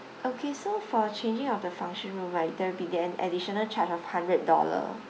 okay so for changing of the function right there'll be an additional charge of hundred dollars